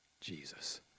Jesus